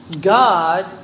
God